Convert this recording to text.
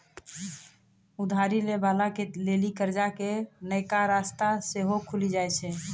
उधारी लै बाला के लेली कर्जा के नयका रस्ता सेहो खुलि जाय छै